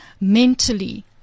mentally